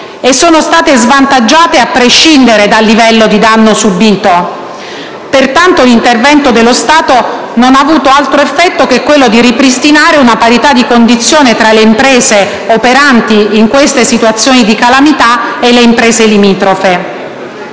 e sono state svantaggiate a prescindere dal livello di danno subito. Pertanto, l'intervento dello Stato non ha avuto altro effetto che quello di ripristinare una parità di condizione tra imprese operanti in queste situazioni di calamità e imprese limitrofe.